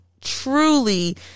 truly